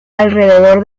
alrededor